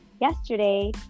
yesterday